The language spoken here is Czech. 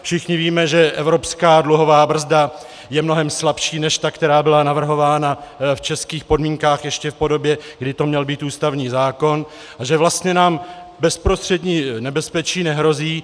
Všichni víme, že evropská dluhová brzda je mnohem slabší než ta, která byla navrhována v českých podmínkách ještě v podobě, kdy to měl být ústavní zákon, a že vlastně nám bezprostřední nebezpečí nehrozí.